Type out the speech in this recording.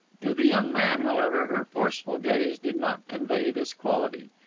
to the young man, however, her forceful gaze did not convey this quality.